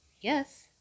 yes